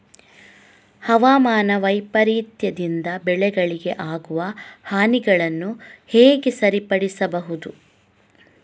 ಹವಾಮಾನ ವೈಪರೀತ್ಯದಿಂದ ಬೆಳೆಗಳಿಗೆ ಆಗುವ ಹಾನಿಗಳನ್ನು ಹೇಗೆ ಸರಿಪಡಿಸಬಹುದು?